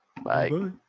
Bye